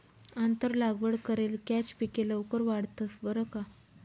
आंतर लागवड करेल कॅच पिके लवकर वाढतंस बरं का